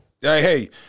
Hey